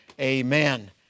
Amen